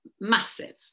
massive